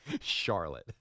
Charlotte